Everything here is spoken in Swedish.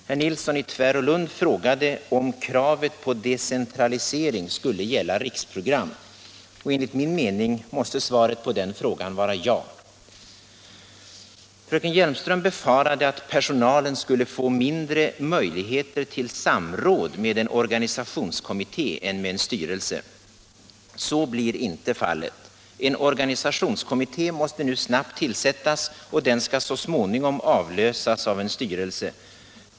Herr Nilsson i Tvärålund frågade om kravet på decentralisering skulle gälla riksprogram. Enligt min mening måste svaret på den frågan vara ja. Fröken Hjelmström befarade att personalen skulle få mindre möjligheter till samråd med en organisationskommitté än med en styrelse. Så blir inte fallet. En organisationskommitté måste nu snabbt tillsättas, och den skall så småningom avlösas av en styrelse.